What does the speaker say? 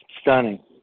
stunning